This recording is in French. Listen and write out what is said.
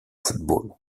football